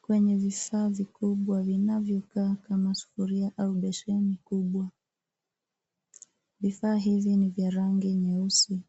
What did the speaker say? kwenye vifaa vikubwa vinavyokaa kama sufuria au besheni kubwa . Vifaa hivi ni vya rangi nyeusi.